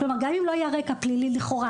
גם אם לא היה רקע פלילי לכאורה,